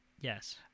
Yes